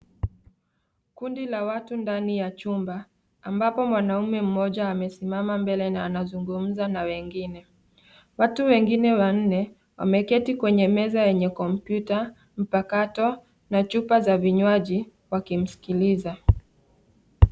Kundi la watu ndani ya chumba, ambapo mwanaume mmoja amesimama mbele na anazungumza na wengine. Watu wengine wanne wameketi kwenye meza yenye kompyuta, mpakato na chupa za vinywaji wakimsikiliza.